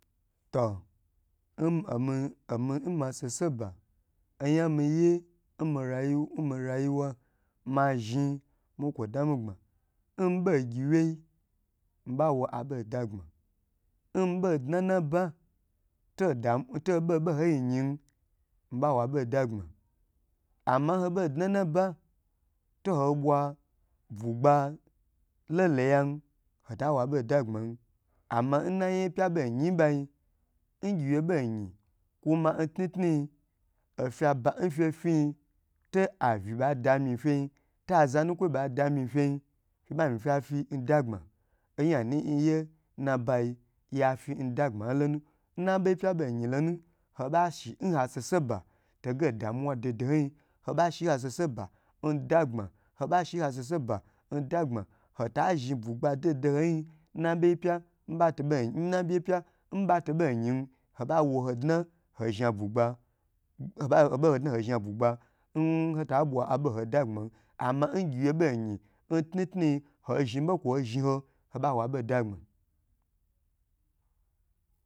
Omi nmi aseseba onga miye nmiyuwa mazhni mawo kwo damgbma nɓo gyiwyei mi ɓawo aboda gbma, n ɓodna na bo lo ɓoɓo yi nyi miba wo aɓo dagbma amma n ho ɓo dna nna ba to ho ɓwa bwugba loloyam hota wo aɓo dagbman amma n na nyaye pya ɓei nyi n ɓani, n gyi wye ɓei nyi kuma n tnutnui ofya ɓa nfye fyi nyi to anyi ɓei dami n fyei to aza nu kwoi ɓa dami n fyei fyi ɓa myi fya fyi n dagbma onyanu n yiye n nabare ya fyi n dagbma n lonu n na ɓei pya bei nyilonu ho ɓa shi na hasese ba toge n damuwa doho dohoin, ho ɓa shi na haseseba ndagbma hota zhni bwugba doho dohon nan bei pya n ɓato to ɓai ayim hoɓa gye hodua hoi zhni a bwugba n hota ɓwa aɓo nho dagbmam amma ngyi wye ɓei nyi ntnutnui hozhni ɓo kwoi zhni ho ho ba wo aɓo n dagbma